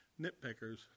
Nitpickers